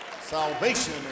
salvation